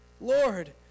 Lord